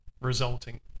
resulting